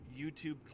YouTube